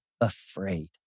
afraid